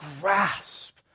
grasp